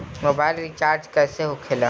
Mobile recharge कैसे होखे ला?